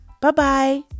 Bye-bye